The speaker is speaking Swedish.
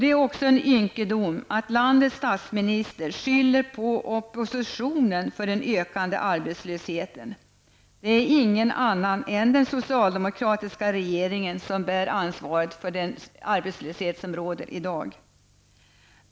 Det är också en ynkedom att landets statsminister skyller den ökande arbetslösheten på oppositionen. Det är ingen annan än den socialdemokratiska regeringen som bär ansvaret för den arbetslöshet som i dag råder.